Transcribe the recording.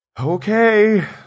okay